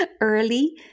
early